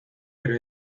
pero